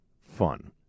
fun